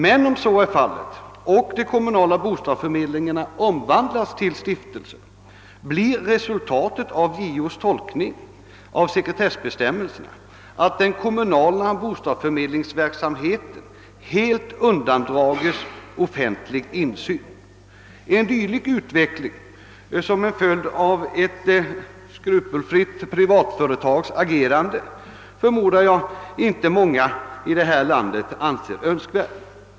Men om så är fallet och de kommunala bostadsförmedlingarna omvandlas till stiftelser, blir resultatet av JO:s tolkning av sekretessbestämmelserna att den kommunala - bostadsförmedlingsverksamheten helt undandrages offentlig insyn. En dylik utveckling, som en följd av ett skrupelfritt privatföretags agerande, anser förmodligen inte många i vårt land önskvärd.